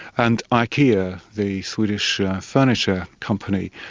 and ikea, the swedish furniture company,